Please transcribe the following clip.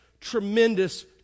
tremendous